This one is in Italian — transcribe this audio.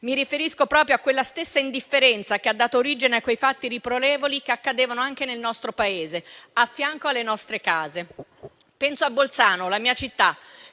Mi riferisco proprio a quella stessa indifferenza che ha dato origine a quei fatti riprovevoli che accadevano anche nel nostro Paese, a fianco alle nostre case. Penso a Bolzano, la mia città,